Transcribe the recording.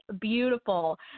beautiful